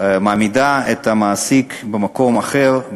מעמידה את המעסיק במקום אחר,